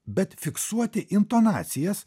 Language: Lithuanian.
bet fiksuoti intonacijas